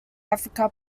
africa